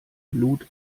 blut